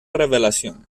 revelación